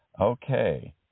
Okay